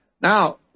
Now